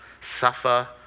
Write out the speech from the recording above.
suffer